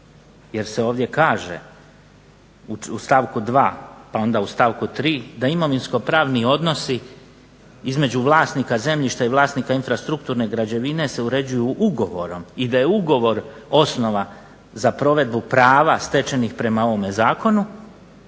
jer se ovdje kaže u stavku 2. pa onda u stavku 3. da imovinsko-pravni odnosi između vlasnika zemljišta i vlasnika infrastrukturne građevine se uređuju ugovorom i da je ugovor osnova za provedbu prava stečenih prema ovome zakonu,